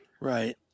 right